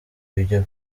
ibyo